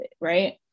right